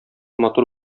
матур